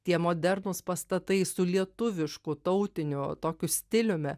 tie modernūs pastatai su lietuvišku tautiniu tokiu stiliumi